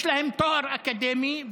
יש להם תואר אקדמי,